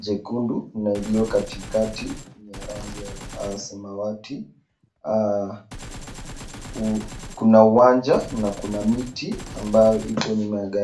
nyekundu na ya katikati ni nyeupe kando yake Kuna miti.